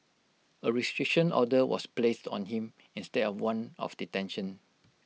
A restriction order was placed on him instead of one of detention